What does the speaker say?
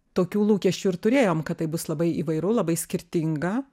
tokių lūkesčių ir turėjom kad tai bus labai įvairu labai skirtinga